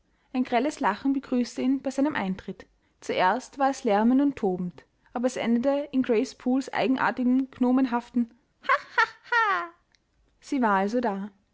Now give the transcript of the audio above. ein grelles lachen begrüßte ihn bei seinem eintritt zuerst war es lärmend und tobend aber es endete in grace pooles eigenartigem gnomenhaften ha ha ha sie war also da